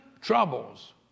troubles